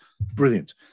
Brilliant